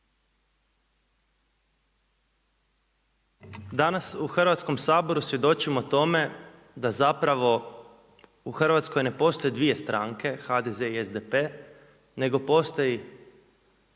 Danas u Hrvatskom saboru svjedočimo tome da zapravo u Hrvatskoj ne postoje dvije stranke HDZ i SDP nego postoji